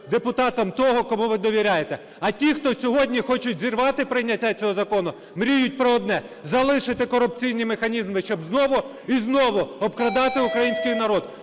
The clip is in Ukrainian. депутатом того, кому ви довіряєте. А ті, хто хочуть зірвати прийняття цього закону, мріють про одне: залишити корупційні механізми, щоб знову і знову обкрадати український народ,